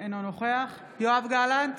אינו נוכח יואב גלנט,